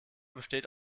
besteht